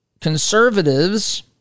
Conservatives